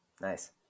nice